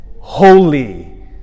holy